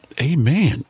Amen